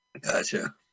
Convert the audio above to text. Gotcha